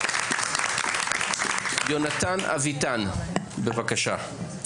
יונתן אביטן, בבקשה.